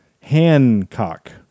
Hancock